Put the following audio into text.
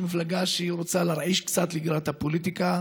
של מפלגה שרוצה להרעיש קצת בפוליטיקה,